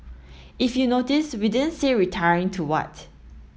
if you notice we didn't say retiring to what